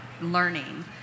learning